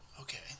okay